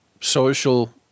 social